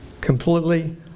completely